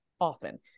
often